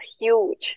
huge